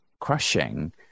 crushing